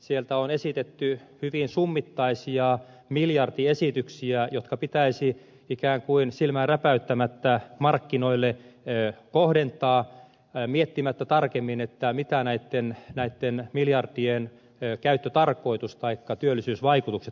sieltä on esitetty hyvin summittaisia miljardiesityksiä jotka pitäisi ikään kuin silmää räpäyttämättä markkinoille kohdentaa miettimättä tarkemmin mitä näitten miljardien käyttötarkoitus taikka työllisyysvaikutukset olisivat